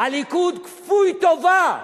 הליכוד כפוי טובה.